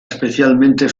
especialmente